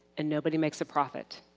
and nobody makes a profit.